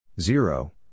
Zero